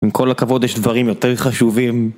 עם כל הכבוד יש דברים יותר חשובים